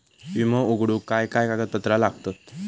विमो उघडूक काय काय कागदपत्र लागतत?